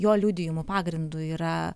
jo liudijimų pagrindu yra